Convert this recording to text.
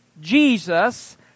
Jesus